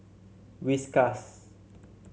Whiskas